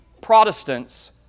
Protestants